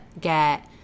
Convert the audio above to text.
get